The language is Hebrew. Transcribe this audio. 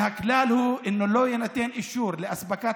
והכלל הוא: אם לא יינתן אישור לאספקת